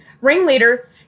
Ringleader